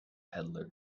peddler